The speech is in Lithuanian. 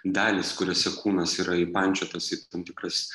dalys kuriose kūnas yra įpančiotas į tam tikras